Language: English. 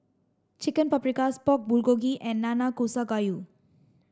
Chicken Paprikas Pork Bulgogi and Nanakusa gayu